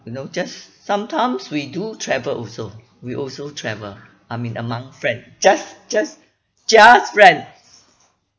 you know just sometimes we do travel also we also travel I mean among friend just just just friend